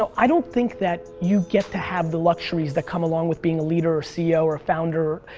i don't think that you get to have the luxuries that come along with being a leader or ceo or a founder.